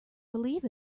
believe